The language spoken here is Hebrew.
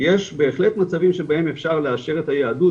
יש בהחלט מצבים שבהם אפשר לאשר את היהדות,